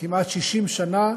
כמעט 60 שנה,